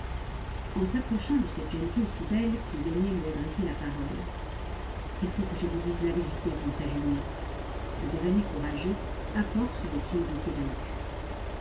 en s'approchant de cette jeune fille si belle qui daignait lui adresser la parole il faut que je lui dise la vérité pensa julien qui devenait courageux à force de timidité vaincue